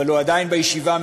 אבל הוא עדיין בישיבה,